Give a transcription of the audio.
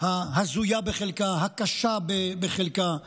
ההזויה בחלקה, הקשה בחלקה,